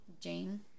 Jane